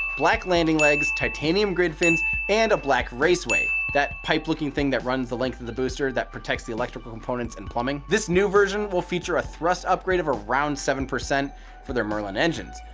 black landing legs, titanium grid fins and black raceway, that pipe looking things that run the length of the booster that protects the electrical and connections and plumbing. this new version will feature a thrust upgrade of around seven percent for their merlin engines,